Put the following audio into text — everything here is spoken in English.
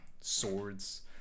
swords